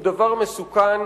הוא דבר מסוכן.